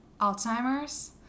Alzheimer's